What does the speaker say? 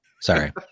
sorry